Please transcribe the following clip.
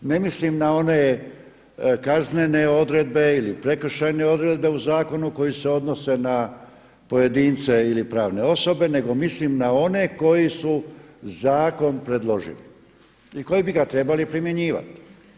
Ne mislim na one kaznene odredbe ili prekršajne odredbe u zakonu koji se odnose na pojedinca i pravne osobe, nego mislim na one koji su zakon predložili i koji bi ga trebali primjenjivati.